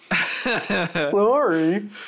Sorry